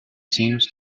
seems